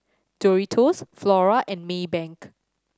Doritos Flora and Maybank